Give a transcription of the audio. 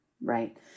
right